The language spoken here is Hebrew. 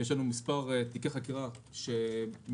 יש לנו מספר תיקי חקירה שמתנהלים.